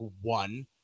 one